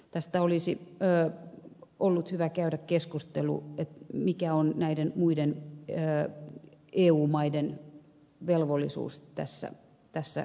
tästä olisi ollut hyvä käydä keskustelu mikä on näiden muiden eu maiden velvollisuus tässä kriisin hoidossa